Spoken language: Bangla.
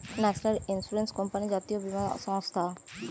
ন্যাশনাল ইন্সুরেন্স কোম্পানি জাতীয় বীমা সংস্থা